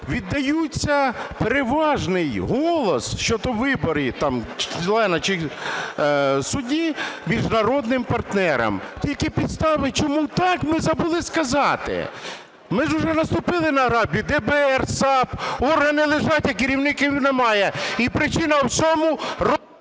віддається переважний голос щодо вибору члена чи судді міжнародним партнерам. Тільки підстави, чому так, ми забули сказати. Ми ж уже наступили на граблі ДБР, САП. Органи лежать, а керівників немає. І причина в цьому...